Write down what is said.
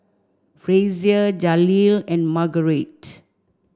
Frazier Jaleel and Margarite